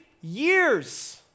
years